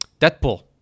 Deadpool